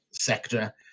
sector